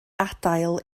adael